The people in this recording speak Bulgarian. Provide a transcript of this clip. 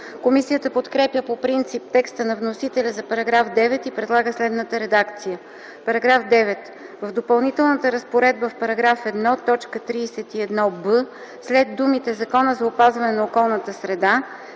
Комисията подкрепя по принцип текста на вносителя за § 9 и предлага следната редакция: „§ 9. В Допълнителната разпоредба в § 1, т. 31б, след думите „Закона за опазване на околната среда”